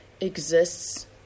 exists